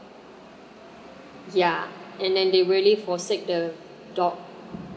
ya and then they really forsake the dog